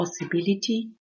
possibility